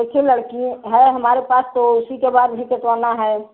छोटी लड़की है हमारे पास तो उसी के बाल भी कटवाना है